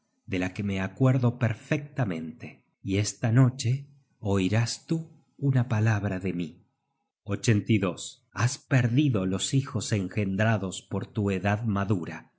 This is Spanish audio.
de la que me acuerdo perfectamente y esta noche oirás tú una palabra de mí has perdido los hijos engendrados por tu edad madura